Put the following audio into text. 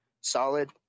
solid